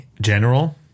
General